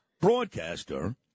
broadcaster